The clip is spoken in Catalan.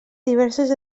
diverses